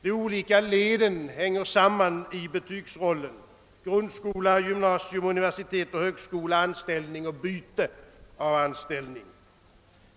De olika leden hänger samman i betygshänseende: grundskola, gymnasium, universitet, högskola, anställning och byte av anställning.